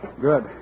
Good